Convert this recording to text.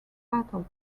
battle